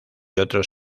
otros